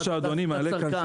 מה שאדוני מעלה כאן,